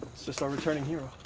just our returning hero.